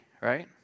right